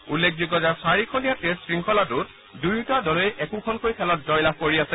উল্লেখযোগ্য যে চাৰিখনীয়া টেষ্ট শৃংখলাটোত দুয়োটা দলেই একোখনকৈ খেলত জয়লাভ কৰি আছে